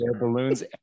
balloons